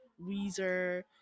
Weezer